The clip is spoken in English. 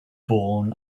born